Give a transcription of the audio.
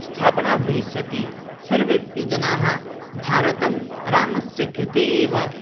स्थापना भविष्यति सर्वेऽपि जनाः भारतं रामस्य कृते एव